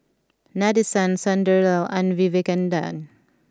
Nadesan Sunderlal and Vivekananda